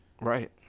Right